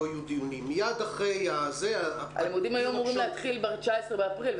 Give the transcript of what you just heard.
לא יהיו דיונים --- הלימודים היו אמורים להתחיל ב-19 באפריל,